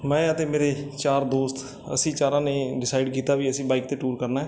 ਮੈਂ ਅਤੇ ਮੇਰੇ ਚਾਰ ਦੋਸਤ ਅਸੀਂ ਚਾਰਾਂ ਨੇ ਡਿਸਾਈਡ ਕੀਤਾ ਵੀ ਅਸੀਂ ਬਾਈਕ 'ਤੇ ਟੂਰ ਕਰਨਾ